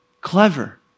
clever